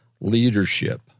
leadership